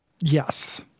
Yes